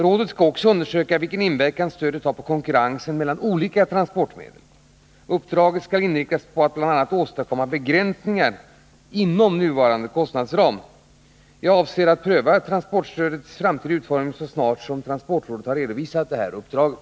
Rådet skall också undersöka vilken inverkan stödet har på konkurrensen mellan olika transportmedel. Uppdraget skall inriktas på att bl.a. åstadkomma begränsningar inom nuvarande kostnadsram. Jag avser att pröva transportstödets framtida utformning så snart transportrådet har redovisat uppdraget.